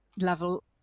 level